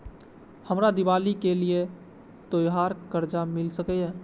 हमरा दिवाली के लिये त्योहार कर्जा मिल सकय?